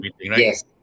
Yes